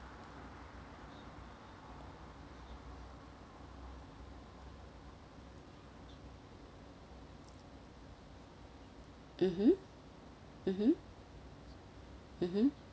mmhmm mmhmm mmhmm